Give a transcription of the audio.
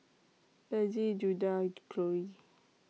Bethzy Judah and Chloie